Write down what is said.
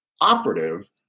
operative